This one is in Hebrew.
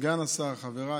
סגן השר, חבריי,